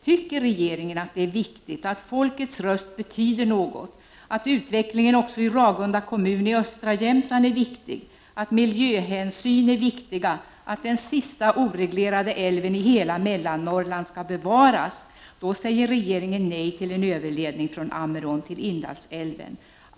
Tycker regeringen att det är viktigt att folkets röst betyder något, och tycker regeringen att utvecklingen också i Ragunda kommun i östra Jämtland är viktig, att miljöhänsyn är viktiga och att den sista oreglerade älven i hela Mellannnorrland skall bevaras, då säger regeringen nej till en överledning från Ammerån till Indalsälven.